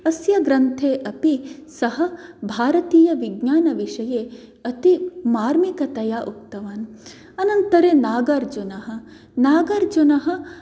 अस्य ग्रन्थे अपि सः भारतीयविज्ञानविषये अति मार्मिकतया उक्तवान् अनन्तरे नागार्जुनः नागार्जुनः